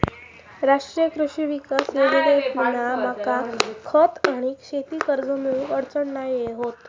राष्ट्रीय कृषी विकास योजनेतना मका खत आणि शेती कर्ज मिळुक अडचण नाय होत